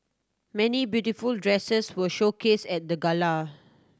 many beautiful dresses were showcased at the gala